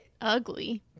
ugly